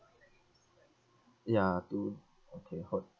ya to okay hold